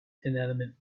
inanimate